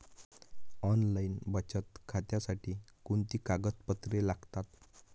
Online बचत खात्यासाठी कोणती कागदपत्रे लागतात?